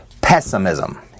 pessimism